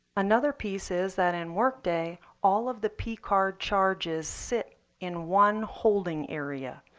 another piece is that in workday, all of the p card charges sit in one holding area,